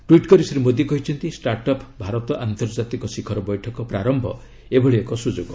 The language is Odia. ଟ୍ୱିଟ୍ କରି ଶ୍ରୀ ମୋଦି କହିଛନ୍ତି ଷ୍ଟାର୍ଟ୍ଅପ୍ ଭାରତ ଆନ୍ତର୍ଜାତିକ ଶିଖର ବୈଠକ ପ୍ରାରମ୍ଭ ଏଭଳି ଏକ ସ୍ୱଯୋଗ